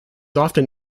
often